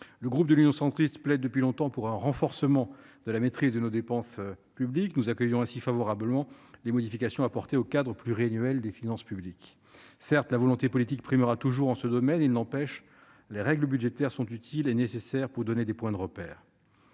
Le groupe Union Centriste plaide depuis longtemps pour un renforcement de la maîtrise de nos dépenses publiques. Nous accueillons ainsi favorablement les modifications apportées au cadre pluriannuel des finances publiques. Certes, la volonté politique primera toujours en ce domaine. Il n'empêche que les règles budgétaires sont utiles et nécessaires pour donner des points de repère.